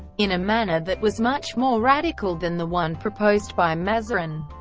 in a manner that was much more radical than the one proposed by mazarin.